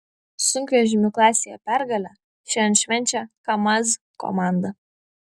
sunkvežimių klasėje pergalę šiandien švenčia kamaz komanda